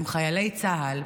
עם חיילי צה"ל,